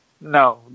No